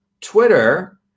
Twitter